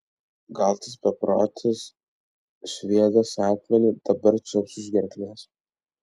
gal tas beprotis sviedęs akmenį dabar čiups už gerklės